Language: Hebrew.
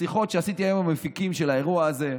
משיחות שעשיתי היום עם המפיקים של האירוע הזה.